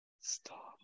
Stop